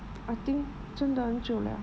I think 真的很久了